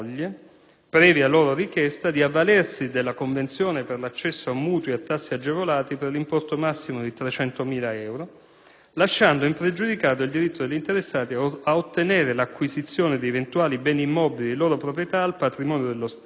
previa loro richiesta, di avvalersi della convenzione per l'accesso a mutui a tassi agevolati per l'importo massimo di 300.000 euro, lasciando impregiudicato il diritto degli interessati a ottenere l'acquisizione di eventuali beni immobili di loro proprietà al patrimonio dello Stato